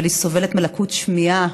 אבל היא סובלת מלקות שמיעה,